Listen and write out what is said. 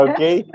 Okay